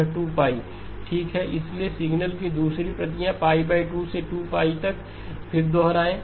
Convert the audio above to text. यह 2 ठीक है इसलिए सिग्नल की दूसरी प्रति 2 से 2 π तक है और फिर दोहराएं